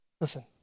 Listen